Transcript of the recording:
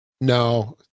no